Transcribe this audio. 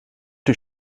die